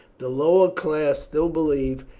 the lower class still believe,